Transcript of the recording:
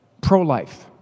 pro-life